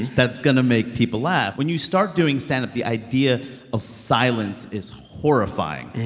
that's going to make people laugh. when you start doing stand-up, the idea of silence is horrifying.